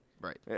Right